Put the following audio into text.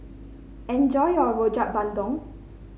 enjoy your Rojak Bandung